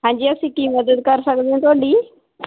ਹਾਂਜੀ ਅਸੀਂ ਕੀ ਮਦਦ ਕਰ ਸਕਦੇ ਆ ਤੁਹਾਡੀ